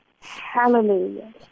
Hallelujah